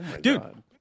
Dude